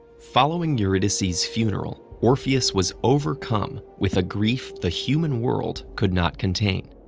following eurydice's funeral, orpheus was overcome with a grief the human world could not contain,